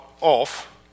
off